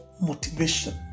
motivation